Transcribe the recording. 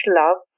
love